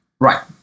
right